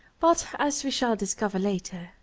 but, as we shall discover later,